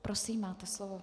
Prosím, máte slovo.